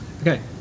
Okay